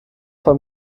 beim